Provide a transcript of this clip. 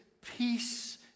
Peace